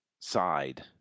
side